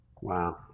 Wow